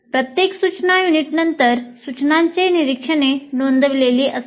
प्रत्येक सूचना युनिटनंतर सूचनांचे निरीक्षणे नोंदविलेली असतात